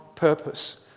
purpose